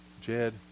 Jed